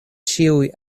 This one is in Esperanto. ĉiuj